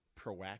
proactive